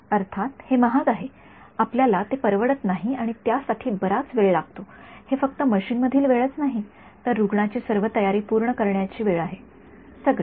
अर्थात हे महाग आहे प्रत्येकाला ते परवडत नाही आणि त्यासाठी बराच वेळ लागतो हे फक्त मशीन मधील वेळच नाही तर रुग्णाची सर्व तयारी पूर्ण करण्याची करण्याची वेळ आहे सगळेच